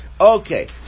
Okay